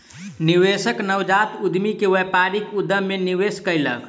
निवेशक नवजात उद्यमी के व्यापारिक उद्यम मे निवेश कयलक